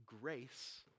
grace